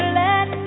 let